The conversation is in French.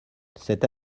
cette